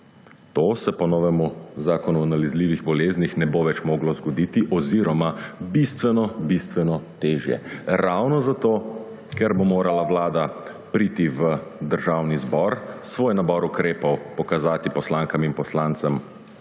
To se po novem v zakonu o nalezljivih boleznih ne bo več moglo zgoditi oziroma bistveno bistveno težje. Ravno zato ker bo morala Vlada priti v Državni zbor, svoj nabor ukrepov pokazati poslankam in poslancem